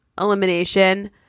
elimination